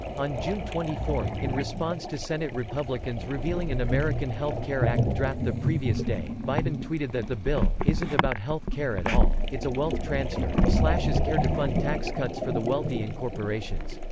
on june twenty four, in response to senate republicans revealing an american health care act draft the previous day, biden tweeted that the bill isn't about health care at all it's a wealth transfer slashes care to fund tax cuts for the wealthy and corporations.